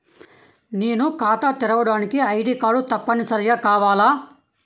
నేను ఖాతా తెరవడానికి ఐ.డీ కార్డు తప్పనిసారిగా కావాలా?